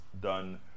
Done